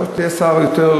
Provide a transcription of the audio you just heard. יכול להיות שתהיה שר יותר,